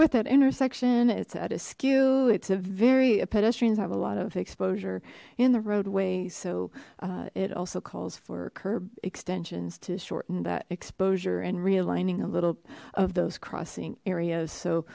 with that intersection it's at a skew it's a very pedestrians have a lot of exposure in the roadway so uh it also calls for curb extensions to shorten that exposure and realigning a little of those crossing areas so